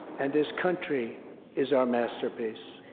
and this country is our masterpiece.